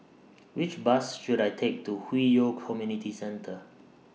Which Bus should I Take to Hwi Yoh Community Centre